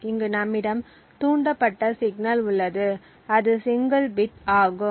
இங்கு நம்மிடம் தூண்டப்பட்ட சிக்னல் உள்ளது அது சிங்கிள் பிட் ஆகும்